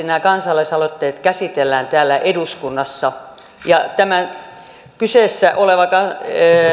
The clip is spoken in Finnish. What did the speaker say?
nämä kansalaisaloitteet käsitellään asiallisesti täällä eduskunnassa tämä kyseessä oleva